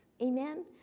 Amen